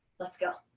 let's go.